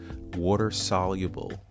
water-soluble